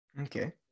Okay